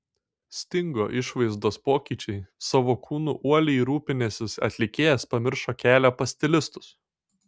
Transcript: stingo išvaizdos pokyčiai savo kūnu uoliai rūpinęsis atlikėjas pamiršo kelią pas stilistus